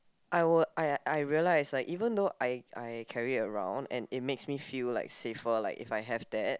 I were I I realize like even though I I carry around and it makes me feel like safer like if I have that